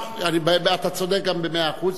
אתה צודק במאה אחוז.